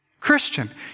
Christian